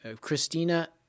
Christina